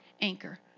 anchor